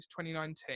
2019